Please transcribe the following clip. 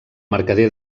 mercader